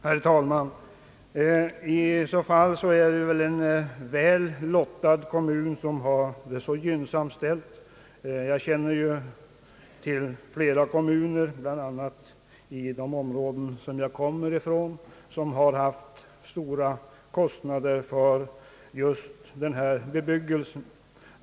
Herr talman! I så fall är det en lyckligt lottad kommun som har det så gynnsamt ställt. Jag känner till många kommuner, bl.a. i de områden som jag kommer ifrån, som har haft stora kostnader just för detta slag av bebyggelse.